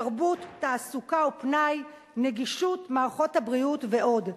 תרבות, תעסוקה ופנאי, נגישות מערכות הבריאות ועוד,